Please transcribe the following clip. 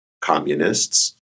communists